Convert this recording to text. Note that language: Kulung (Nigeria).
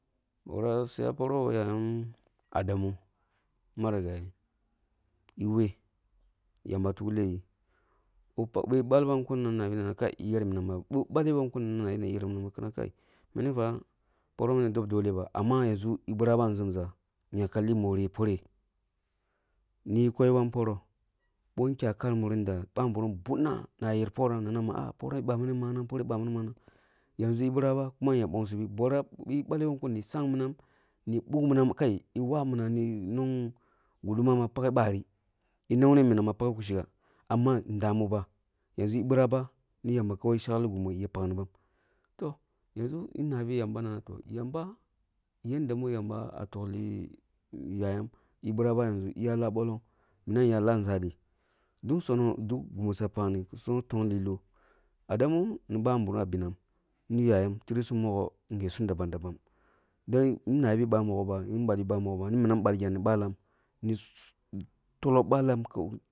Borah su ya poroh ko yayam adam marigaye eh weh, yamba tungleh yi, bi baleh bam kum nana eh yer minamba boh baleh bam kum nana eh yer minam ba kina kai, poroh mini fa dob doleh ba, amma yanʒu eh biraba eh nʒumʒa ba amma yaka li moriye poreh, miyi koyi bam poroh bin kya kan muri nda babirim bunna muya yer poram nama poreh bamim manang poreh ba mini manang, yanʒu eh biraba kuma ya nbongsibi, borah bi paghe ni sang minam, ni buk minang kai eh wa minam ni nong gunduma ma paghe bari, eh nawne minam ma paghe ku bari amma ehn dami ba, yanʒu eh biraba ni yamba kawai yi shekli gimi ya paknibam, toh, yanʒu yi nabi yanba nabi yamba na toh yamba, yadda ma tuklini yayam eh bīraba yamʒu eh ya lah bolong minam ya leh nʒali duk sonoh duk gimiswa pakni kusu na tong liloh. Adamu nini babirim ah benam ni yayam sum mogho nghesum daban daban deh yi nabi ba mogho ba eh balbi bamogho ni minam balgam ni bolam ni ni toleh balam